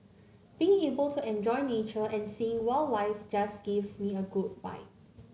being able to enjoy nature and seeing wildlife just gives me a good vibe